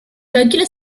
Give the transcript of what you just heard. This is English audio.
regular